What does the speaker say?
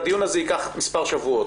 והדיון הזה ייקח מספר שבועות.